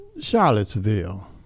charlottesville